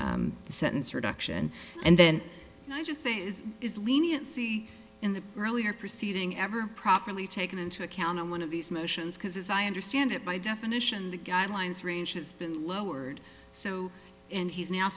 the sentence reduction and then i just say is is leniency in the earlier proceeding ever properly taken into account in one of these motions because as i understand it by definition the guidelines range has been lowered so and he's now